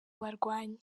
barwanyi